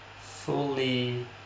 fully